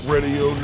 Radio